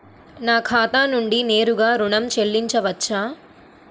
నా ఖాతా నుండి నేరుగా ఋణం చెల్లించవచ్చా?